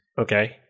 Okay